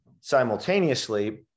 simultaneously